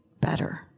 better